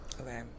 Okay